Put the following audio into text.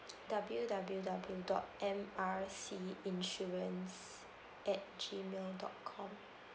W W W dot M R C insurance at G mail dot com